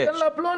יש סמכות כזאת.